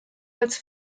als